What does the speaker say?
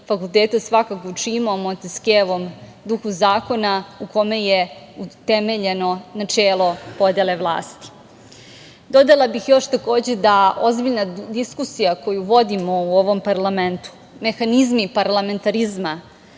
fakulteta svakako učimo o Monteskjevom duhu zakona u kome je utemeljeno načelo podele vlasti. Dodala bih da ozbiljna diskusija koju vodimo u ovom parlamentu, mehanizmi parlamentarizma